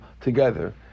together